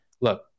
look